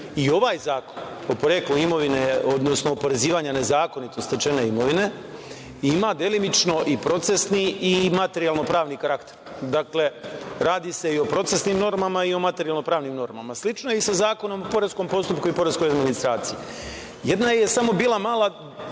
I ovaj Zakon o poreklu imovine, odnosno oporezivanja nezakonito stečene imovine ima delimično i procesni i materijalno-pravni karakter. Dakle, radi se i o procesnim normama i materijalno-pravnim normama. Slično je i sa Zakonom o poreskom postupku i poreskoj administraciji. Samo je jedna mala,